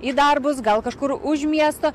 į darbus gal kažkur už miesto